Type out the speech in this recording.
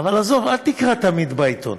אבל עזוב, אל תקרא תמיד בעיתון.